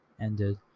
ended